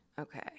Okay